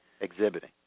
Exhibiting